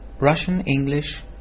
Russian-English